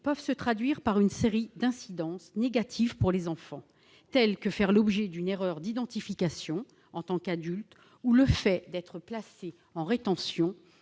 peuvent se traduire par une série d'incidences négatives pour les enfants, telles que faire l'objet d'une erreur d'identification en tant qu'adulte ou être placé en rétention